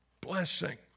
blessing